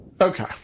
Okay